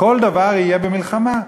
כל דבר יהיה במלחמה.